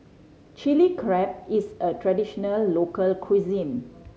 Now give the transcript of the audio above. Chilli Crab is a traditional local cuisine